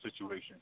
situation